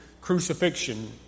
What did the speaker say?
crucifixion